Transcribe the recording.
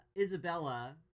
Isabella